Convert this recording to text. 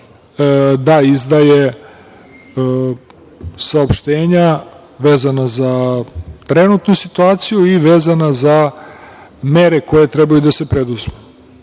da izdaje saopštenja vezana za trenutnu situaciju i vezana za mere koje trebaju da se preduzmu. Ono